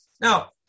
Now